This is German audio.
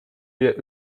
wir